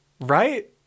right